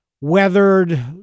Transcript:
weathered